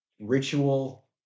ritual